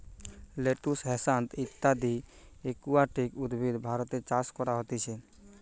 lettuce, hyacinth ইত্যদি aquatic উদ্ভিদ ভারতে চাষ করা হতিছে